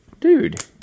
Dude